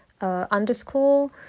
underscore